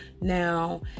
Now